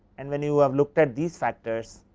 and when you are looked at these factors